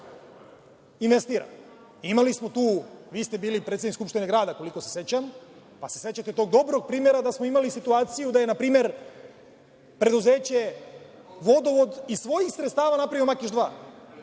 investira. Imali smo, vi ste bili predsednik Skupštine grada, koliko se sećam, pa se sećate tog dobrog primera da smo imali situaciju da je npr. preduzeće „Vodovod“ iz svojih sredstava napravio „Makiš 2“